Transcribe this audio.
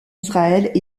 israël